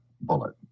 bullet